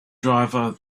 driver